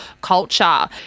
culture